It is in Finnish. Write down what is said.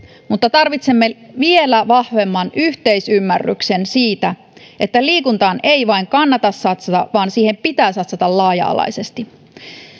mutta tarvitsemme vielä vahvemman yhteisymmärryksen siitä että liikuntaan ei vain kannata satsata vaan siihen pitää satsata laaja alaisesti